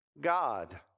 God